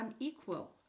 unequal